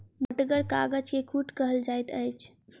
मोटगर कागज के कूट कहल जाइत अछि